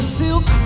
silk